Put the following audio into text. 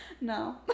No